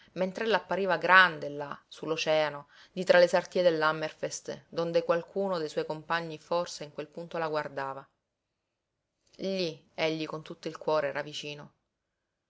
esilio mentr'ella appariva grande là su l'oceano di tra le sartie dell'hammerfest donde qualcuno dei suoi compagni forse in quel punto la guardava lí egli con tutto il cuore era vicino